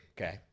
Okay